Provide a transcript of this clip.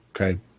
Okay